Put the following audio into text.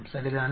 சரிதானே